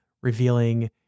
revealing